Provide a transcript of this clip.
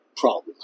problem